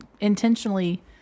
intentionally